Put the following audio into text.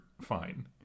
fine